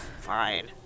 Fine